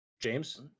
James